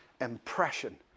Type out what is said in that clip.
impression